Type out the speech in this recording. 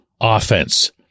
offense